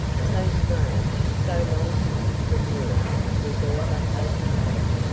so strange, so long hidden from europe was all that they beheld.